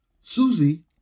Susie